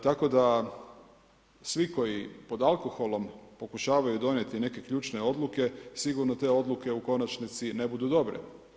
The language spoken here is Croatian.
Tako da svi koji pod alkoholom pokušavaju donijeti neke ključne odluke, sigurno te odluke u konačnici ne budu dobre.